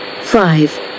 five